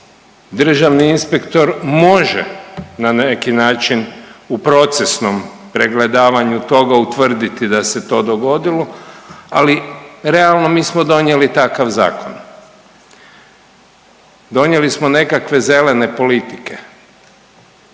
državni inspektor može na neki način u procesnog pregledavanju toga utvrditi da se to dogodilo, ali realno mi smo donijeli takav zakon. Donijeli smo nekakve zelene politike